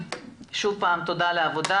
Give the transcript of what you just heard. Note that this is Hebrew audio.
שוב פעם תודה על העבודה